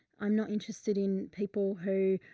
i'm not interested in people who.